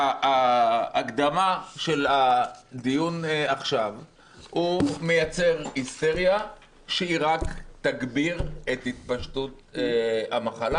ההקדמה של הדיון עכשיו מייצרת היסטריה שרק תגביר את התפשטות המחלה.